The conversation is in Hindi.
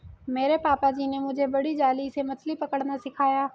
मेरे पापा जी ने मुझे बड़ी जाली से मछली पकड़ना सिखाया